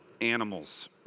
animals